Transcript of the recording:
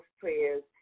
prayers